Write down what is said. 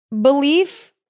belief